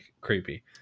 creepy